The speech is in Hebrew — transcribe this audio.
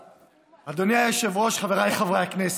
אדוני היושב-ראש, חבריי חברי הכנסת,